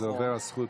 אז עוברת הזכות.